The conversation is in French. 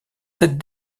cette